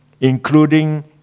including